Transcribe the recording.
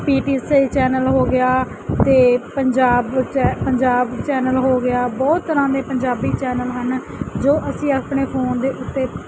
ਪੀ T C channel ਹੋ ਗਿਆ ਅਤੇ ਪੰਜਾਬ ਚੈ ਪੰਜਾਬ ਚੈਨਲ ਹੋ ਗਿਆ ਬਹੁਤ ਤਰ੍ਹਾਂ ਦੇ ਪੰਜਾਬੀ ਚੈਨਲ ਹਨ ਜੋ ਅਸੀਂ ਆਪਣੇ ਫੋਨ ਦੇ ਉੱਤੇ